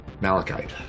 malachite